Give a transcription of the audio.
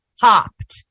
popped